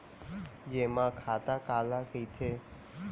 जेमा खाता काला कहिथे?